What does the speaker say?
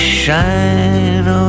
shine